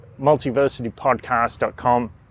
multiversitypodcast.com